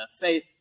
Faith